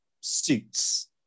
suits